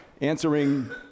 answering